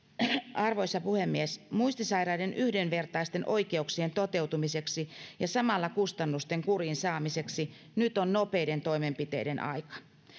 arvoisa puhemies muistisairaiden yhdenvertaisten oikeuksien toteutumiseksi ja samalla kustannusten kuriin saamiseksi nyt on nopeiden toimenpiteiden aika